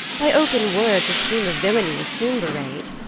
by open words a scheme of villainy is soon bewrayed.